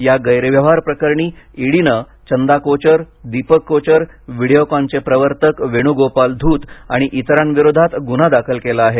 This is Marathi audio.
या गैरव्यवहार प्रकरणी ईडीनं चंदा कोचर दीपक कोचर व्हिडीओकॉनचे प्रवर्तक वेणुगोपाल धूत आणि इतरांविरोधात गुन्हा दाखल केला आहे